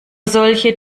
solche